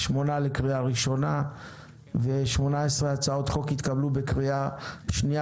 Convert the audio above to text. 8 לקריאה ראשונה ו-18 הצעות חוק התקבלו בקריאה שנייה